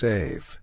Save